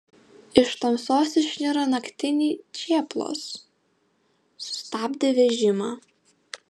iš tamsos išniro naktiniai čėplos sustabdė vežimą